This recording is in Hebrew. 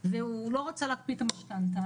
הקורונה והוא לא רצה להקפיא את המשכנתה,